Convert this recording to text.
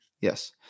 yes